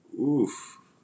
Oof